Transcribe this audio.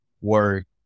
work